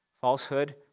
Falsehood